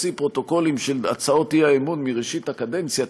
תוציא פרוטוקולים של הצעות האי-אמון מראשית הקדנציה,